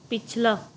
ਪਿਛਲਾ